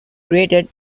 created